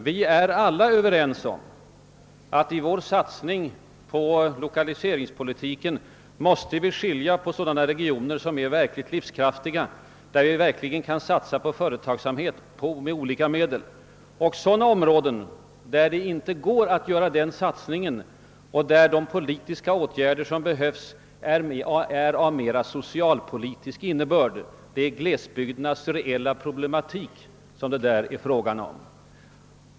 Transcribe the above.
Vi är alla överens om att vi i lokaliseringspolitiken måste skilja på sådana regioner som är verkligt livskraftiga och där vi kan satsa på ny företagsamhet med olika medel och sådana områden där det inte går att åstadkomma ny företagsamhet och de nödvändiga politiska åtgärderna därför måste ges en mera »social» innebörd. Det är de verkliga glesbygdernas problematik det då blir fråga om.